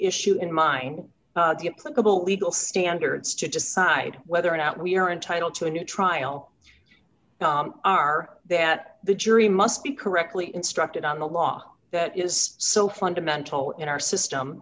issue in mind pluggable legal standards to decide whether or not we are entitled to a new trial are they at the jury must be correctly instructed on the law that is so fundamental in our system